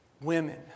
women